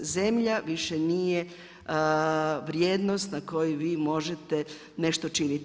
Zemlja više nije vrijednost na kojoj vi možete nešto činiti.